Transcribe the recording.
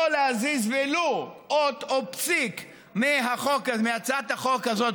שלא להזיז ולו אות או פסיק מהצעת החוק הזאת